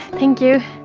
thank you